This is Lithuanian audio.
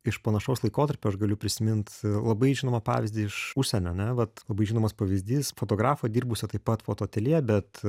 iš panašaus laikotarpio aš galiu prisimint labai žinomą pavyzdį iš užsienio ne vat labai žinomas pavyzdys fotografo dirbusio taip pat fotoateljė bet